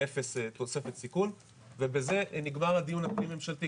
לאפס תוספת סיכון ובזה ניגמר הדיון הפנים ממשלתי,